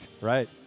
Right